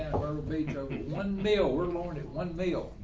or beethoven, one male were born at one male,